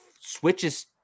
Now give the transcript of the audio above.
switches